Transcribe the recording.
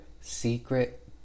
secret